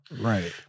Right